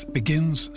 begins